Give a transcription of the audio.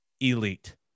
elite